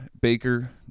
Baker